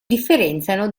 differenziano